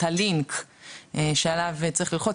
הלינק שעליו צריך ללחוץ,